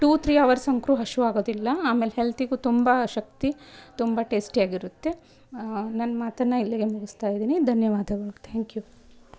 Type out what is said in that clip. two three hours ಅಂತೂ ಹಸಿವು ಆಗೋದಿಲ್ಲ ಆಮೇಲೆ ಹೆಲ್ತಿಗೂ ತುಂಬ ಶಕ್ತಿ ತುಂಬ ಟೇಸ್ಟಿಯಾಗಿರುತ್ತೆ ನನ್ನ ಮಾತನ್ನು ಇಲ್ಲಿಗೆ ಮುಗಿಸ್ತಾ ಇದೀನಿ ಧನ್ಯವಾದಗಳು ಥ್ಯಾಂಕ್ ಯು